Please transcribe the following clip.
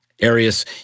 Arius